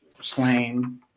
slain